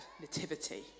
nativity